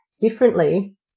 differently